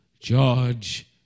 George